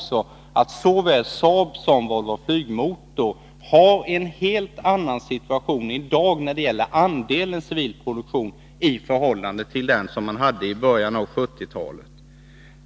Såväl Saab som Volvo Flygmotor har en helt annan situation i dag när det gäller andelen civil produktion i förhållande till den som man hade i början av 1970-talet.